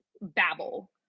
babble